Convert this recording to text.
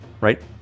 right